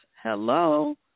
Hello